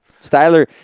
styler